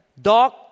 dog